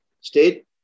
State